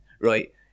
Right